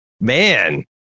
man